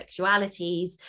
sexualities